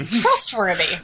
trustworthy